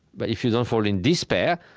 but if you don't fall in despair,